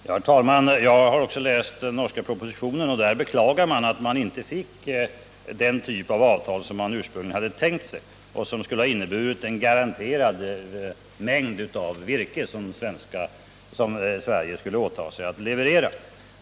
Herr talman! Jag har också läst den norska propositionen. Där beklagar man att man inte fick den typ av avtal som man ursprungligen hade tänkt sig och som skulle ha inneburit att Sverige hade åtagit sig att leverera en garanterad mängd virke.